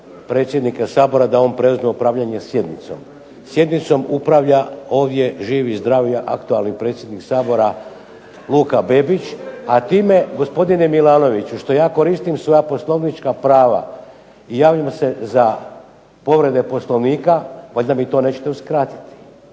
predsjednike Sabora da on preuzme upravljanje sjednicom. Sjednicom upravlja ovdje živ i zdrav aktualni predsjednik SAbora Luka Bebić. A time gospodine Milanoviću što ja koristim svoja poslovnička prava i javljam se za povrede Poslovnika, valjda mi to nećete uskratiti.